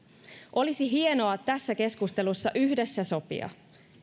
olisi hienoa tässä keskustelussa yhdessä sopia